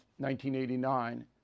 1989